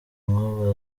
nkuba